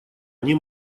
они